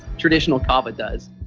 traditional kava does.